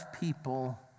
people